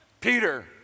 Peter